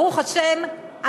ברוך השם,